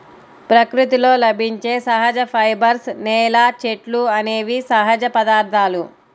ప్రకృతిలో లభించే సహజ ఫైబర్స్, నేల, చెట్లు అనేవి సహజ పదార్థాలు